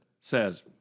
says